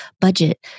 budget